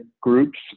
groups